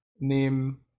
name